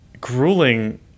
grueling